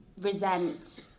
resent